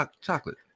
Chocolate